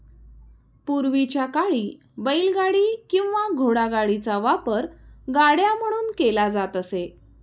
पूर्वीच्या काळी बैलगाडी किंवा घोडागाडीचा वापर गाड्या म्हणून केला जात असे